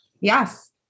Yes